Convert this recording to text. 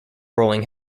rolling